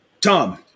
Tom